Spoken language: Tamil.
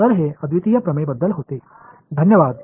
எனவே இது யூனிக்னஸ் தேற்றத்தைப் பற்றியது